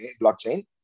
blockchain